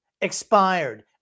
Expired